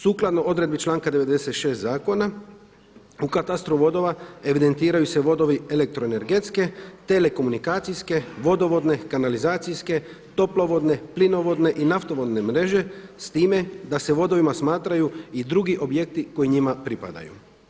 Sukladno odredbi članka 96. zakona u katastru vodova evidentiraju se vodovi elektroenergetske, telekomunikacijske, vodovodne, kanalizacijske, toplovodne, plinovodne i naftovodne mreže s time da se vodovima smatraju i drugi objekti koji njima pripadaju.